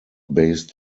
based